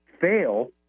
fail